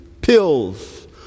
pills